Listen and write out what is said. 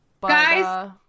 Guys